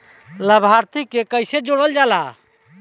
लभार्थी के कइसे जोड़ल जाला?